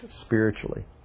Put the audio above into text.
spiritually